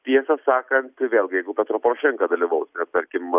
tiesą sakant vėlgi jeigu petro porošenka dalyvaus nes tarkim